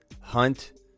Hunt